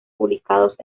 publicados